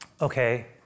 okay